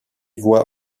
voit